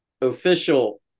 official